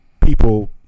people